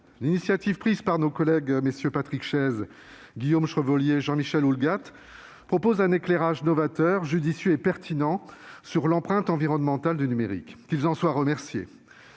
l'initiative prise par nos collègues Patrick Chaize, Guillaume Chevrollier et Jean-Michel Houllegatte permet d'apporter un éclairage novateur, judicieux et pertinent sur l'empreinte environnementale du numérique. Qu'ils en soient remerciés